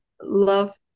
love